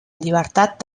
llibertat